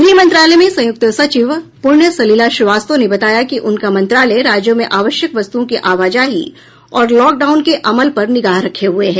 गृह मंत्रालय में संयुक्त सचिव पुण्य सलिला श्रीवास्तव ने बताया कि उनका मंत्रालय राज्यों में आवश्यक वस्तुओं की आवाजाही और लॉकडाउन के अमल पर निगाह रखे हुए है